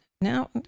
Now